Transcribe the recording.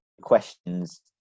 questions